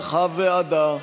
כנוסח הוועדה.